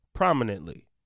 Prominently